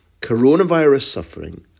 coronavirus-suffering